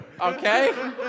okay